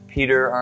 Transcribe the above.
Peter